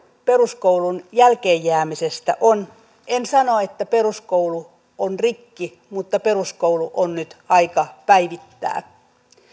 peruskoulun jälkeen jäämisestä on en sano että peruskoulu on rikki mutta peruskoulu on nyt aika päivittää